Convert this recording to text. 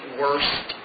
worst